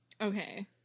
Okay